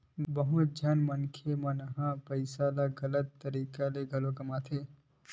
बहुत झन मनखे मन ह पइसा ल गलत तरीका ले घलो कमाथे